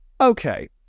Okay